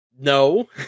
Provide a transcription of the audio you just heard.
no